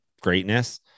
greatness